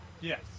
Yes